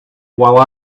while